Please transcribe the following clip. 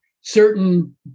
certain